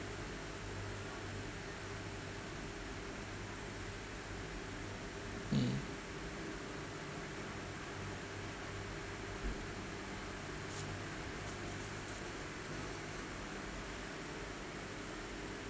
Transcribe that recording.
mm